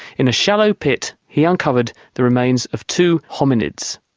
in a shallow pit he uncovered the remains of two hominids,